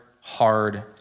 hard